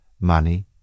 money